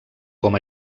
com